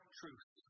truth